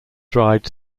dried